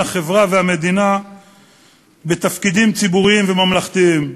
החברה והמדינה בתפקידים ציבוריים וממלכתיים,